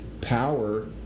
power